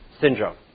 syndrome